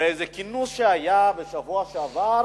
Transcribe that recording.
בשבוע שעבר